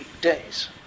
days